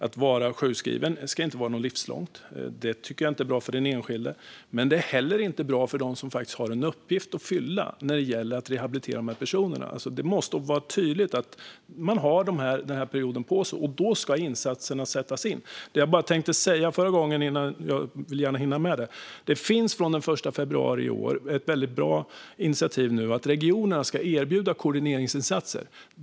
Att vara sjukskriven ska inte vara något livslångt. Det tycker jag inte är bra för den enskilde. Men det är heller inte bra för dem som har en uppgift att fylla när det gäller att rehabilitera de här personerna. Det måste vara tydligt att man har den här perioden på sig och att insatserna ska sättas in då. Jag vill gärna hinna avsluta det jag började tala om i slutet av min förra replik. Det finns sedan den 1 februari i år ett väldigt bra initiativ som innebär att regionerna ska erbjuda koordineringsinsatser.